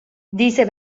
diese